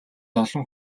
олон